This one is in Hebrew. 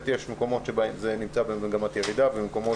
יש מקומות שבהם זה נמצא במגמת ירידה ומקומות